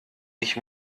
ich